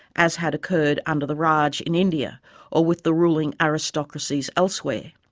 as had occurred under the raj in india or with the ruling aristocracies elsewhere.